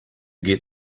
get